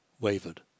wavered